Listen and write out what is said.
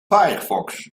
firefox